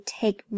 take